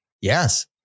Yes